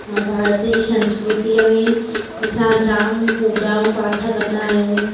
ऐं भारतिय संस्कृतीअ में असां जामु पूॼाऊं पाठ कंदा आहियूं